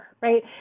Right